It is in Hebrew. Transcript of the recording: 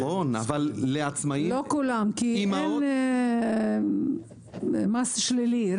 לא כולם, כי אין מס שלילי.